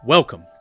Welcome